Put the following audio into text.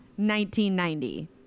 1990